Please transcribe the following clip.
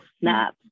snap